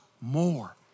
more